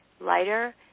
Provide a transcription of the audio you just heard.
lighter